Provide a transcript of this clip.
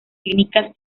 clínicas